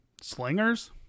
Slingers